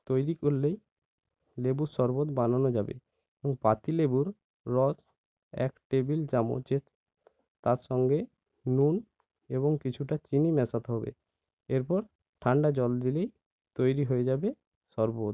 তৈরি করলেই লেবুর শরবত বানানো যাবে এবং পাতিলেবুর রস এক টেবিল চামচের তার সঙ্গে নুন এবং কিছুটা চিনি মেশাতে হবে এরপর ঠান্ডা জল দিলেই তৈরি হয়ে যাবে শরবত